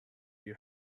you